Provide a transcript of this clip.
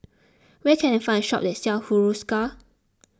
where can I find a shop that sells Hiruscar